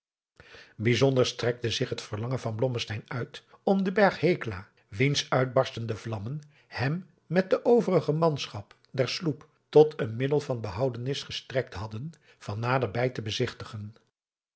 bijzonder strekte zich het verlangen van blommesteyn uit om den berg hekla wiens uitbarstende vlammen hem met de overige manschap der sloep tot een middel van behoudenis gestrekt hadden van naderbij te bezigtigen